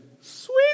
Sweet